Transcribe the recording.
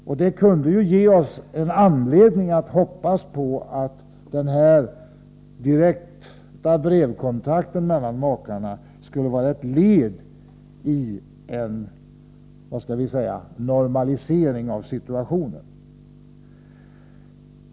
Den här direkta brevkontakten mellan makarna gör kanske att vi kan hoppas att det är fråga om, skall vi säga, ett led i ett normalisering av situationen.